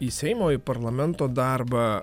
į seimo į parlamento darbą